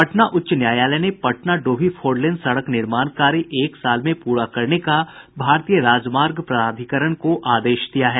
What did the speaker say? पटना उच्च न्यायालय ने पटना डोभी फोरलेन सड़क निर्माण कार्य एक साल में पूरा करने का भारतीय राजमार्ग प्राधिकरण को आदेश दिया है